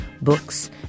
books